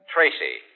Tracy